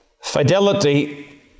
fidelity